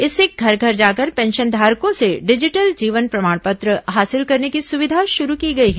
इससे घर घर जाकर पेंशनधारकों से डिजिटल जीवन प्रमाण पत्र हासिल करने की सुविधा शुरु की गई है